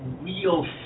real